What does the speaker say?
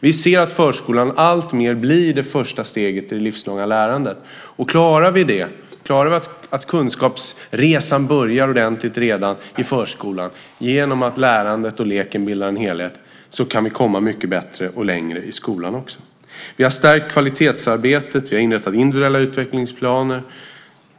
Vi ser att förskolan alltmer blir det första steget i det livslånga lärandet. Klarar vi att kunskapsresan börjar ordentligt redan i förskolan genom att lärandet och leken bildar en helhet kan det bli mycket bättre, och vi kan komma mycket längre också i skolan. Vi har stärkt kvalitetsarbetet. Vi har inrättat individuella utvecklingsplaner.